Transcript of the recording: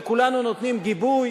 וכולנו נותנים גיבוי,